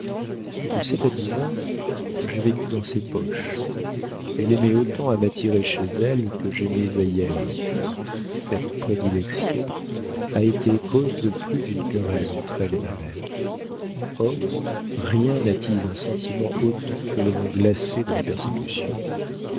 de sept à dix ans j'ai vécu dans ses poches elle aimait autant à m'attirer chez elle que j'aimais à y aller cette prédilection a été cause de plus d'une querelle entre elle et ma mère or rien n'attise un sentiment autant que le vent glacé de la persécution